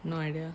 no idea